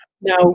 Now